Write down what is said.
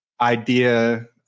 idea